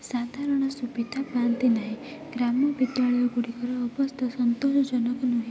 ସାଧାରଣ ସୁବିଧା ପାଆନ୍ତିନାହିଁ ଗ୍ରାମ ବିଦ୍ୟାଳୟଗୁଡ଼ିକର ଅବସ୍ଥା ସନ୍ତୋଷ ଜନକ ନୁହେଁ